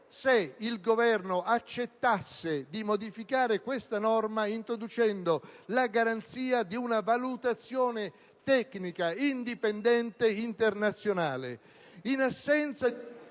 se il Governo accettasse di modificare questa particolare previsione, introducendo la garanzia di una valutazione tecnica indipendente internazionale.